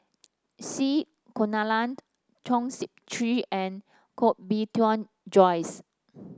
C Kunalan Chong Sip Chee and Koh Bee Tuan Joyce